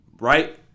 Right